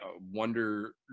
wonder